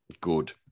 good